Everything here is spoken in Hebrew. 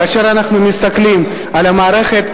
כאשר אנחנו מסתכלים על המערכת,